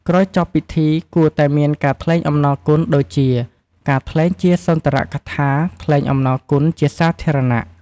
ក្រោយចប់ពិធី គួរតែមានការថ្លែងអំណរគុណដូចជា ការថ្លែងជាសុន្ទរកថាថ្លែងអំណរគុណជាសាធារណៈ។